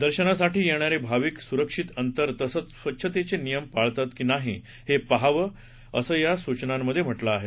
दर्शनासाठी येणाऱे भाविक सुरक्षित अंतर तसंच स्वच्छतेचे नियम पाळतात की नाही हे पहावं असं या सूचनांमध्ये म्हटलं आहे